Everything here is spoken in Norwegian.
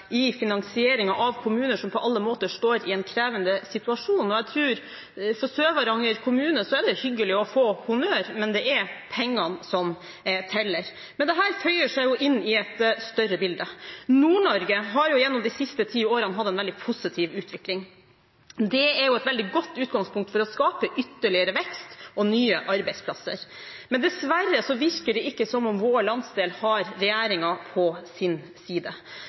i finansieringen av kommuner som på alle måter står i en krevende situasjon, og jeg tror at for Sør-Varanger kommune er det hyggelig å få honnør, men det er pengene som teller. Men dette føyer seg inn i et større bilde. Nord-Norge har gjennom de siste ti årene hatt en veldig positiv utvikling. Det er et veldig godt utgangspunkt for å skape ytterligere vekst og nye arbeidsplasser, men dessverre virker det ikke som om vår landsdel har regjeringen på sin side.